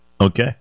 okay